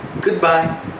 goodbye